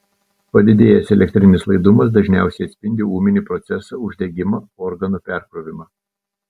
padidėjęs elektrinis laidumas dažniausiai atspindi ūminį procesą uždegimą organo perkrovimą